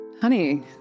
honey